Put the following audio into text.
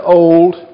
old